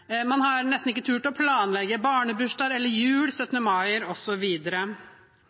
man har nesten ikke turt å planlegge barnebursdager eller jul, 17. mai